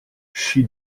she